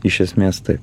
iš esmės taip